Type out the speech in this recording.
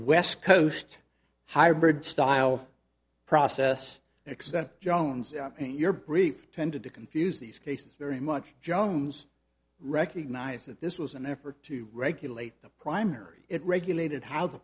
west coast hybrid style process accent jones and your brief tended to confuse these cases very much jones recognize that this was an effort to regulate the primary it regulated how the